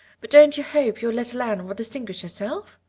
but don't you hope your little anne will distinguish herself?